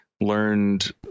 learned